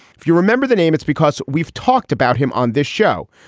if you remember the name, it's because we've talked about him on this show.